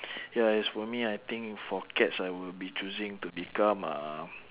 ya as for me I think for cats I will be choosing to become uh